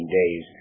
days